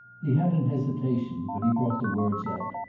he had an hesitation, but he brought the words out.